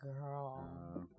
Girl